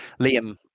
Liam